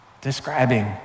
describing